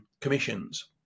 commissions